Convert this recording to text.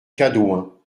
cadouin